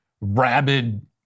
rabid